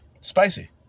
Spicy